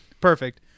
Perfect